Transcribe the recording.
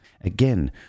Again